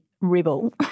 rebel